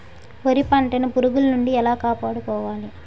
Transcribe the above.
వరి పంటను పురుగుల నుండి ఎలా కాపాడుకోవాలి?